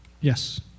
yes